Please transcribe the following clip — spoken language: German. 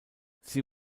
sie